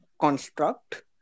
construct